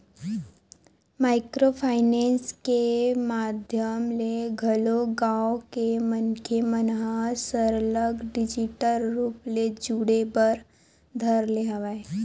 micro finance के माधियम ले घलो गाँव के मनखे मन ह सरलग डिजिटल रुप ले जुड़े बर धर ले हवय